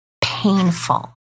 painful